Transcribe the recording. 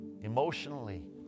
emotionally